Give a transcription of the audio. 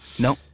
No